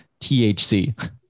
THC